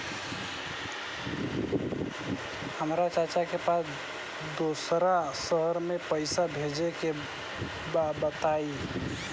हमरा चाचा के पास दोसरा शहर में पईसा भेजे के बा बताई?